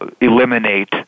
eliminate